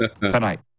tonight